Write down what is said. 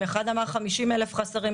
אחד אמר "50,000 חסרים",